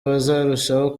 bazarushaho